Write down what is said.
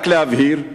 רק להבהיר,